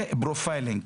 פרופיילינג.